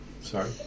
Sorry